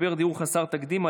משבר דיור חסר תקדים,